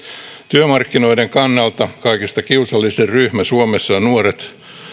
työmarkkinoiden kannalta kaikista kiusallisin ryhmä suomessa on nuoret